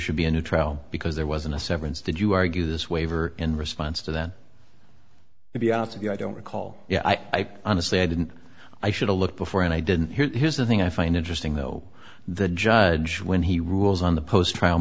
should be a new trial because there wasn't a severance did you argue this waiver in response to that would be out of your i don't recall yeah i honestly i didn't i should a look before and i didn't here's the thing i find interesting though the judge when he rules on the post trial